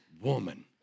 woman